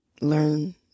learn